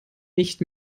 nicht